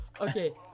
okay